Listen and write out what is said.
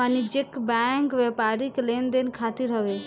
वाणिज्यिक बैंक व्यापारिक लेन देन खातिर हवे